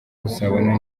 gusabana